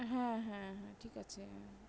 হ্যাঁ হ্যাঁ হ্যাঁ ঠিক আছে